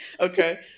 Okay